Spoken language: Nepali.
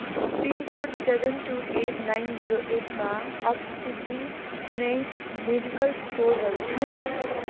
pin code seven two eight nine zero एटमा अवस्थित कुनै मेडिकल स्टोरहरू छन्